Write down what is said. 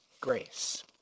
grace